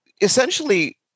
essentially